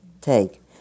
take